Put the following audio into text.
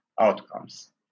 outcomes